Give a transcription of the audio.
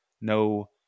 no